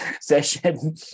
session